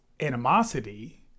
animosity